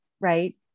right